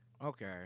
okay